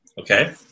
Okay